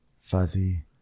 fuzzy